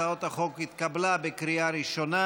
הצעת החוק נתקבלה בקריאה ראשונה,